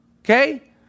Okay